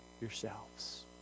yourselves